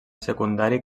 secundari